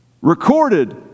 Recorded